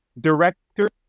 director